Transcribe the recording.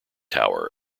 tower